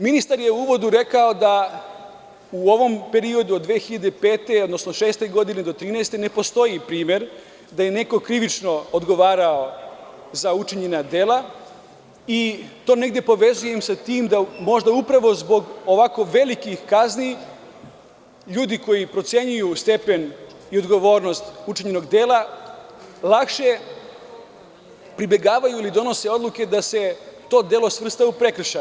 Ministar je u uvodu rekao da u ovom periodu od 2005. godine, odnosno 2006. godine do 2013. godine ne postoji primer da je neko krivično odgovarao za učinjena dela i to negde povezujem sa tim da možda upravo zbog ovako velikih kazni ljudi koji procenjuju stepen i odgovornost učinjenog dela lakše pribegavaju ili donose odluke da se to delo svrsta u prekršaj.